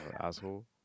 Asshole